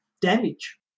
damage